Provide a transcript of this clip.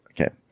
okay